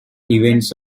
events